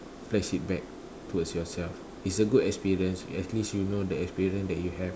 flash it back towards yourself it's a good experience at least you know the experience that you have